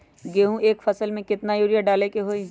गेंहू के एक फसल में यूरिया केतना डाले के होई?